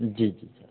जी जी सर